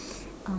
um